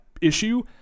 issue